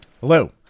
Hello